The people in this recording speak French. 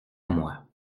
moi